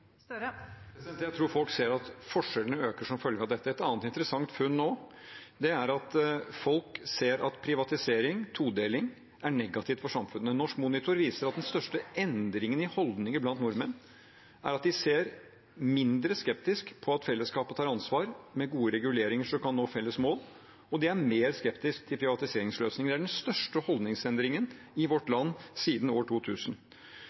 Jeg tror folk ser at forskjellene øker som følge av dette. Et annet interessant funn nå er at folk ser at privatisering og todeling er negativt for samfunnet. Norsk Monitor viser at den største endringen i holdninger blant nordmenn er at de er mindre skeptiske til at fellesskapet tar ansvar, med gode reguleringer som gjør at man kan nå felles mål, og de er mer skeptiske til privatiseringsløsninger. Det er den største holdningsendringen i vårt land siden år 2000.